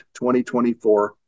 2024